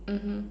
mmhmm